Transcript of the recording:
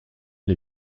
les